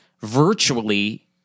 virtually